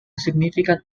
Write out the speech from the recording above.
significant